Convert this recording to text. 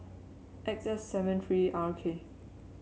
X F seven three R K